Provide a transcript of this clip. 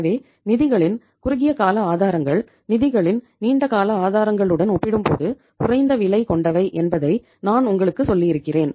எனவே நிதிகளின் குறுகிய கால ஆதாரங்கள் நிதிகளின் நீண்ட கால ஆதாரங்களுடன் ஒப்பிடும்போது குறைந்த விலை கொண்டவை என்பதை நான் உங்களுக்கு சொல்லியிருக்கிறேன்